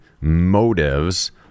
motives